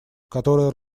которая